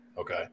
okay